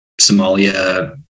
Somalia